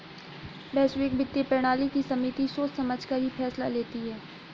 वैश्विक वित्तीय प्रणाली की समिति सोच समझकर ही फैसला लेती है